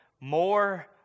more